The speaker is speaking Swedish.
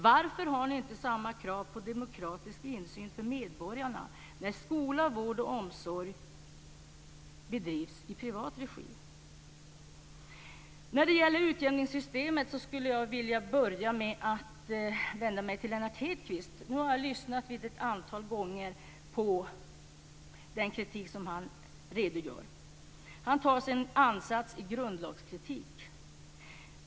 Varför har ni inte samma krav på demokratisk insyn för medborgarna när skola, vård och omsorg bedrivs i privat regi? När det gäller utjämningssystemet skulle jag vilja börja med att vända mig till Lennart Hedquist. Nu har jag lyssnat på den kritik som han redogör för ett antal gånger. Han tar sin ansats i grundlagskritik.